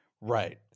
Right